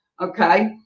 Okay